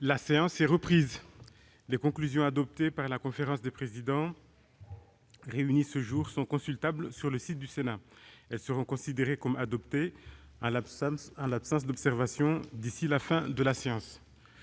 La séance est reprise. Les conclusions adoptées par la conférence des présidents réunie ce jour sont consultables sur le site du Sénat. Elles seront considérées comme adoptées en l'absence d'observations d'ici à la fin de la séance.-